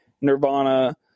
Nirvana